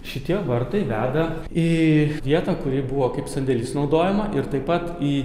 šitie vartai veda į vietą kuri buvo kaip sandėlis naudojama ir taip pat į